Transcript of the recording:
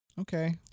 Okay